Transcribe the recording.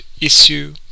issue